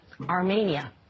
Armenia